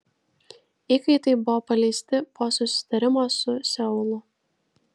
įkaitai buvo paleisti po susitarimo su seulu